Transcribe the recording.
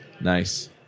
Nice